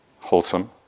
wholesome